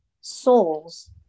souls